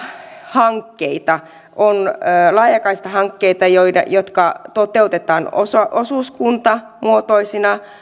hankkeita laajakaistahankkeita toteutetaan osuuskuntamuotoisina